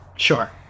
Sure